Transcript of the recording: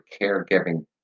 Caregiving